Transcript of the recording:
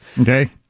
Okay